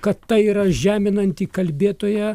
kad tai yra žeminantį kalbėtoją